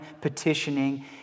petitioning